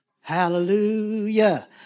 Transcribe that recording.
Hallelujah